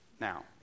Now